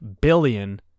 billion